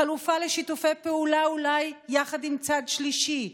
חלופה בשיתופי פעולה אולי יחד עם צד שלישי,